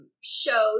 shows